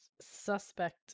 suspect